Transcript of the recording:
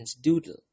doodle